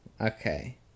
Okay